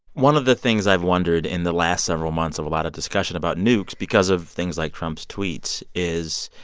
one of the things i've wondered in the last several months of a lot of discussion about nukes because of things like trump's tweets is,